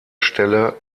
stelle